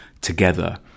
together